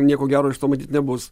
nieko gero iš to matyt nebus